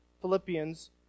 Philippians